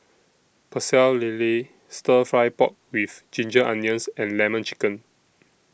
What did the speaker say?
Pecel Lele Stir Fry Pork with Ginger Onions and Lemon Chicken